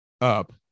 up